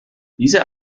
diese